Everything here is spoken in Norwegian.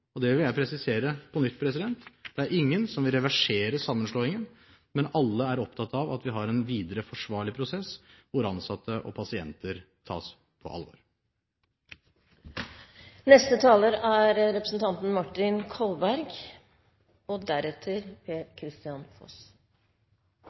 og det vil jeg presisere på nytt, det er ingen – som vil reversere sammenslåingen, men alle er opptatt av at vi også videre har en forsvarlig prosess, hvor ansatte og pasienter tas på alvor. Jeg vil si, slik som også saksordføreren understreket, at hele kontroll- og